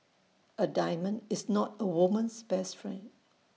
A diamond is not A woman's best friend